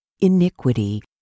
iniquity